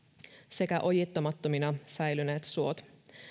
sekä ojittamattomina säilyneet suot